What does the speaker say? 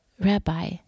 Rabbi